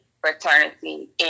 Fraternity